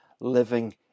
living